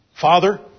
Father